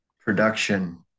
production